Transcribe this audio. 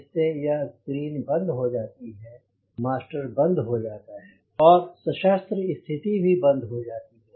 इससे यह स्क्रीन बंद हो जाती है मास्टर बंद हो जाता है और सशस्त्र स्थिति भी बंद हो जाती है